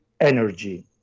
energy